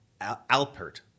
Alpert